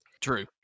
True